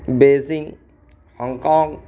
Beijing Hong Kong